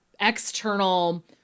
external